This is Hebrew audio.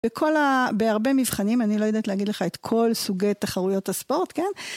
בכל ה... בהרבה מבחנים, אני לא יודעת להגיד לך את כל סוגי תחרויות הספורט, כן?